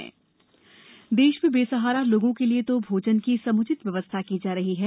सतना बंदर भोजन देश में बेसहारा लोगों के लिए तो भोजन की समुचित व्यवस्था की जा रही है